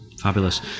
Fabulous